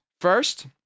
First